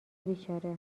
بیچاره